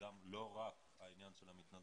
לא רק העניין של המתנדבים,